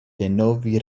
denove